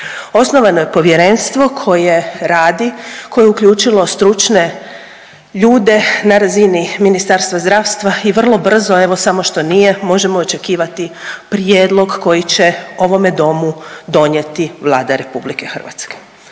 Osnovano je povjerenstvo koje radi koje je uključilo stručne ljude na razini Ministarstva zdravstva i vrlo brzo evo samo što nije možemo očekivati prijedlog koji će ovome domu donijeti Vlada RH.